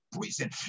prison